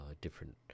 different